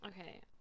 Okay